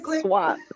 swap